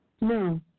No